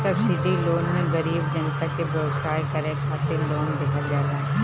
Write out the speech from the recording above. subsidy loan मे गरीब जनता के व्यवसाय करे खातिर लोन देहल जाला